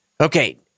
Okay